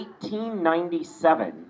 1897